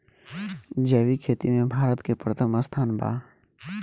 जैविक खेती में भारत के प्रथम स्थान बा